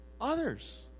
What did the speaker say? others